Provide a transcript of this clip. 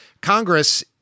Congress